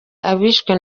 abishwe